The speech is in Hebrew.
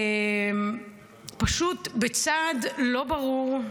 ופשוט, בצעד לא ברור,